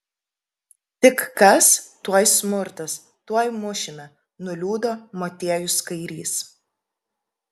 tik kas tuoj smurtas tuoj mušime nuliūdo motiejus kairys